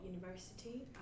University